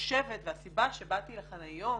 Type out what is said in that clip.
והסיבה שבאתי לכאן היום